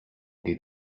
did